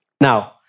Now